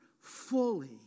fully